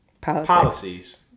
policies